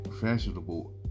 fashionable